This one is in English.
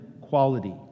quality